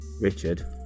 Richard